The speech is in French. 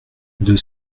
deux